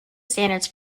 standards